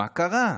מה קרה?